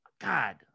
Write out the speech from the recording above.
God